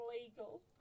illegal